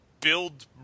build